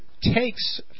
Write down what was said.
takes